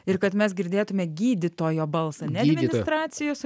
ir kad mes girdėtume gydytojo balsą ne administracijos